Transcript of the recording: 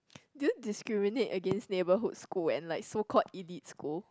do you discriminate against neighbourhood school and like so called elite school